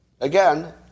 Again